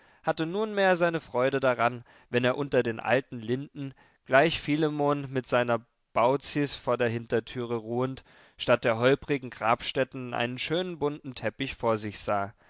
hatte nunmehr seine freude daran wenn er unter den alten linden gleich philemon mit seiner baucis vor der hintertüre ruhend statt der holprigen grabstätten einen schönen bunten teppich vor sich sah